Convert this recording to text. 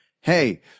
hey